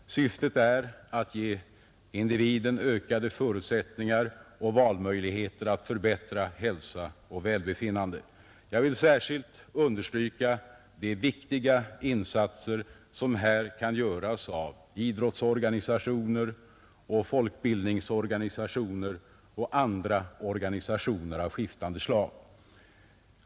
Syftet är att ge individen ökade förutsätt ningar och valmöjligheter att förbättra hälsa och välbefinnande. Jag vill särskilt understryka de viktiga insatser som här kan göras av idrottsorganisationer, folkbildningsorganisationer och andra organisationer av skiftande slag.